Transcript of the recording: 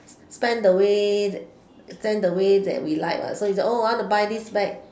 spend the way spend the way that we like what so you oh I want to buy this bag